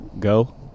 go